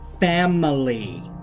family